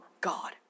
God